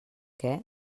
què